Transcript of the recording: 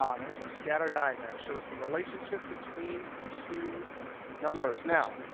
um there's our scatter diagram. shows the relationship between two numbers. now,